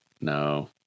No